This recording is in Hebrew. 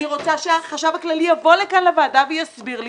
אני רוצה שהחשב הכללי יבוא לכאן לוועדה ויסביר לי